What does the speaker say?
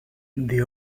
the